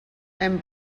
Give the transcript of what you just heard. hem